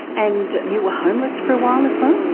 and you were homeless for a while as well?